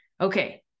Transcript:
okay